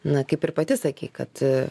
na kaip ir pati sakei kad